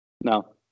No